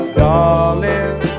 darling